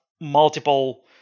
multiple